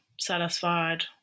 satisfied